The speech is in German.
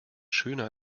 schöner